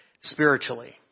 spiritually